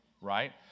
right